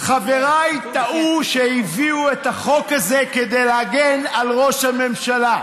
חבריי טעו שהביאו את החוק הזה כדי להגן על ראש הממשלה.